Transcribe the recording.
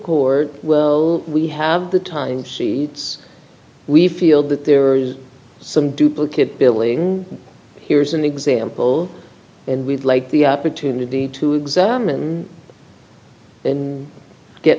court well we have the time seeds we feel that there is some duplicate billing here's an example and we'd like the opportunity to examine